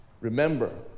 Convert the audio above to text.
Remember